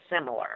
similar